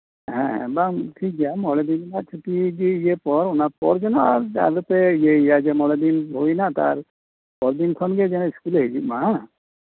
ᱵᱟᱝ ᱴᱷᱤᱠ ᱜᱮᱭᱟ ᱢᱚᱬᱮ ᱫᱤᱱ ᱜᱟᱱ ᱪᱷᱩᱴᱤ ᱯᱚᱨ ᱚᱱᱟ ᱯᱚᱨ ᱜᱮ ᱡᱮᱱᱚ ᱟᱞᱚᱯᱮ ᱤᱭᱟᱹᱭ ᱱᱟ ᱢᱚᱬᱮ ᱫᱤᱱ ᱦᱩᱭ ᱱᱟ ᱟᱵᱟᱨ ᱢᱚᱬᱮ ᱫᱤᱱ ᱯᱚᱨᱜᱮ ᱤᱥᱠᱩᱞ ᱮ ᱦᱤᱡᱩᱜ ᱢᱟ